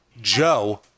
Joe